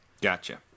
Gotcha